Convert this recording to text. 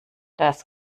dass